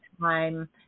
time